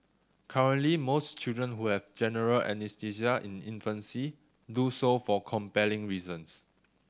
currently most children who have general anaesthesia in infancy do so for compelling reasons